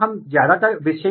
हम उदाहरण देखेंगे